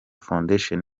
foundation